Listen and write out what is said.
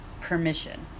permission